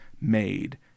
made